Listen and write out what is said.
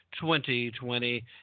2020